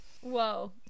whoa